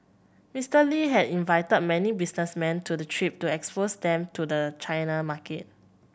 Mister Lee had invited many businessmen to the trip to expose them to the China market